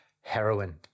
Heroin